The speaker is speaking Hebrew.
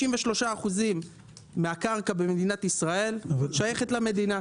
93% מהקרקע במדינת ישראל שייכת למדינה.